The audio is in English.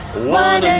one